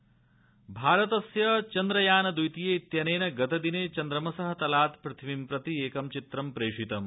चन्द्रयानम् भारतस्य चन्द्रयान द्वितीय इत्येन गतदिने चन्द्रमसः तलात् पृथ्वीं प्रति एकं चित्रं प्रेषितम्